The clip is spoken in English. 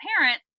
parent